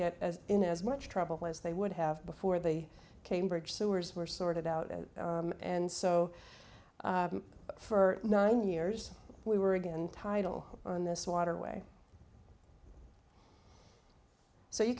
get in as much trouble as they would have before they came bridge sewers were sorted out and so for nine years we were again title on this waterway so you